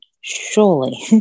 surely